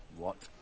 what.